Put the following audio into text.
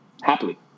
happily